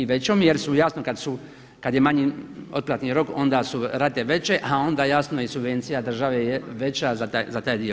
I većom jer su jasno kada je manji otplatni rok onda su rate veće a onda jasno i subvencija države je veća za taj dio.